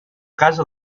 casa